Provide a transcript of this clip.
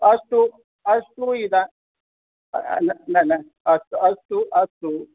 अस्तु अस्तु इदा न न अस्तु अस्तु अस्तु